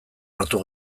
hartu